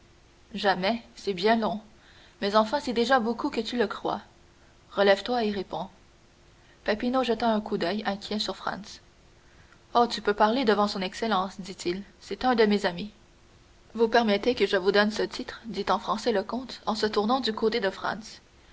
jamais c'est bien long mais enfin c'est déjà beaucoup que tu le croies relève-toi et réponds peppino jeta un coup d'oeil inquiet sur franz oh tu peux parler devant son excellence dit-il c'est un de mes amis vous permettez que je vous donne ce titre dit en français le comte en se tournant du côté de franz